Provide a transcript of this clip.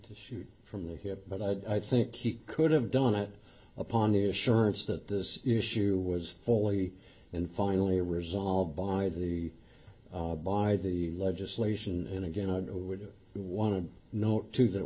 to shoot from the hip but i think he could have done it upon the assurance that this issue was fully and finally resolved by the by the legislation and again i would want to note too that